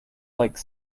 like